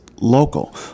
local